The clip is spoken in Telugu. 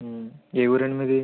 ఏ ఊరండి మీది